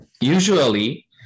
usually